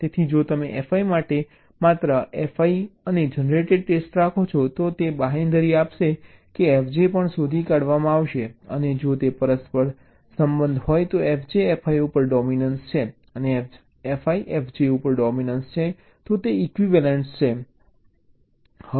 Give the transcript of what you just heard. તેથી જો તમે fi માટે માત્ર fi અને જનરેટેડ ટેસ્ટ રાખો છો તો તે બાંહેધરી આપશે કે fj પણ શોધી કાઢવામાં આવશે અને જો તે પરસ્પર સંબંધ હોય તો fj fi ઉપર ડોમીનન્સ છે અને fi fj ઉપર ડોમીનન્સ છે તો તે ઇક્વિવેલન્ટ છે